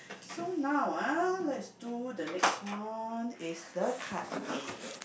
so now ah let's do the next one is the card game